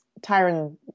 Tyron